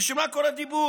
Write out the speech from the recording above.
בשביל מה כל הדיבור?